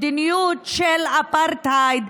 מדיניות של אפרטהייד.